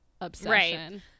obsession